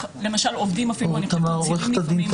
למשל, עובדים מצהירים על